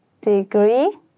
Degree